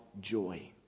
joy